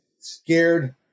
scared